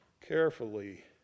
carefully